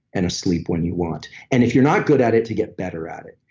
and asleep when you want and if you're not good at it, to get better at it.